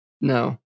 No